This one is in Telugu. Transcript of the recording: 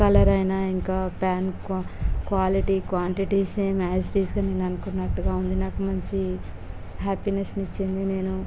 కలర్ అయిన ఇంకా పాన్ quality quantity same as it ఇస్గా నేను అనుకున్నట్టుగా ఉంది నాకు మంచి హాపీనెస్ని ఇచ్చింది నేను